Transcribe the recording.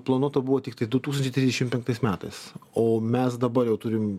planuota buvo tiktai du tūkstančiai trisdešim penktais metais o mes dabar jau turim